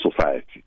society